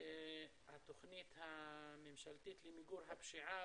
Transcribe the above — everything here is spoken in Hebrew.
התוכנית הממשלתית למיגור הפשיעה